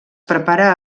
prepara